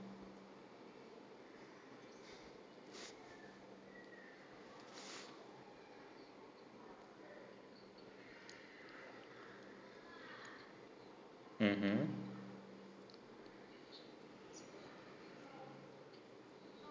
mmhmm